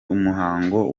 umuhango